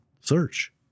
search